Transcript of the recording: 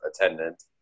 attendant